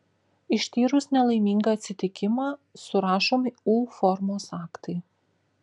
ištyrus nelaimingą atsitikimą surašomi u formos aktai